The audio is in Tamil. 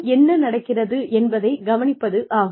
என்ன நடக்கிறது என்பதை கவனிப்பது ஆகும்